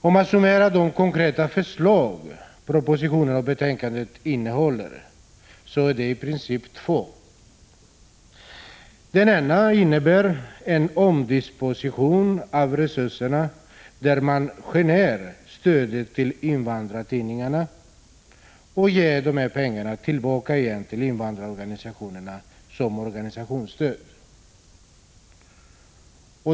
Om man summerar de konkreta förslag som propositionen och betänkandena innehåller, finner man att de i princip är två. Det ena innebär en omdisponering av resurserna. Man vill skära ned stödet till invandrartidningarna och sedan ge dessa pengar tillbaka till invandrarorganisationerna som organisationsstöd.